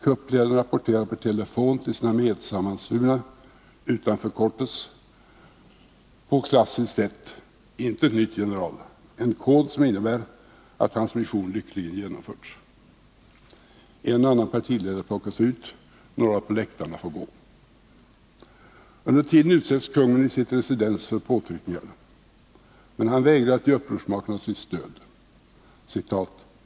Kuppledaren rapporterar per telefon till sina medsammansvurna utanför Cortes på klassiskt sätt: ”Intet nytt, general” — en kod som innebär att hans mission lyckligen genomförts. En och annan partiledare plockas ut, några på läktarna får gå. Under tiden utsätts kungen i sitt residens för påtryckningar. Men han vägrar att ge upprorsmakarna sitt stöd.